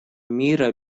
мира